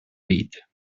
lead